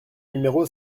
numéro